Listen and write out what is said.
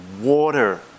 water